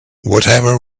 whatever